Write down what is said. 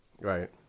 Right